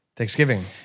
Thanksgiving